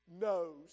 knows